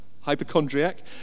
hypochondriac